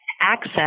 access